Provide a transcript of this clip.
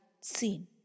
seen